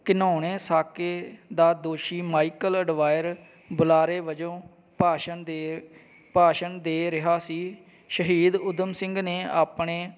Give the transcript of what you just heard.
ਘਿਨੋਣੇ ਸਾਕੇ ਦਾ ਦੋਸ਼ੀ ਮਾਈਕਲ ਅਡਵਾਇਰ ਬੁਲਾਰੇ ਵਜੋਂ ਭਾਸ਼ਣ ਦੇ ਭਾਸ਼ਣ ਦੇ ਰਿਹਾ ਸੀ ਸ਼ਹੀਦ ਊਧਮ ਸਿੰਘ ਨੇ ਆਪਣੇ